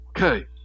Okay